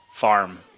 farm